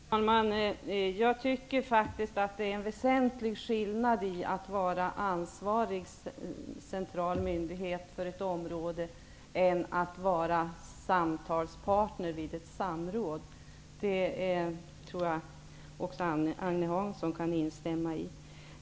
Herr talman! Jag tycker faktiskt att det är en väsentlig skillnad mellan att vara ansvarig centralmyndighet för ett område och att vara samtalspartner vid ett samråd. Det tror jag att Agne Hansson kan instämma i.